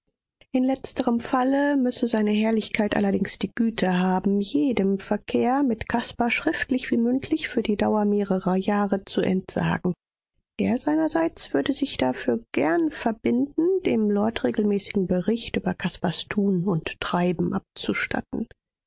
in letzterem falle müsse seine herrlichkeit allerdings die güte haben jedem verkehr mit caspar schriftlich wie mündlich für die dauer mehrerer jahre zu entsagen er seinerseits würde sich dafür gern verbinden dem lord regelmäßigen bericht über caspars tun und treiben abzustatten